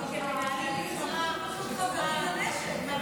שמנהלים מלחמה בצורה מדהימה?